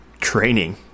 training